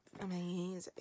Amazing